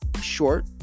Short